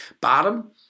Bottom